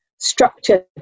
structure